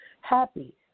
happy